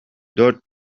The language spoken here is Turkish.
dört